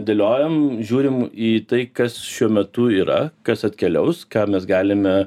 dėliojam žiūrim į tai kas šiuo metu yra kas atkeliaus ką mes galime